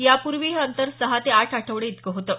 यापूर्वी हे अंतर सहा ते आठ आठवडे इतकं होतं